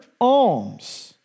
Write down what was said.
alms